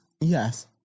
Yes